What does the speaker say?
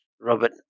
Robert